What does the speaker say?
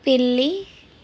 పిల్లి